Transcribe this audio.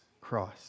Christ